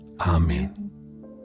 Amen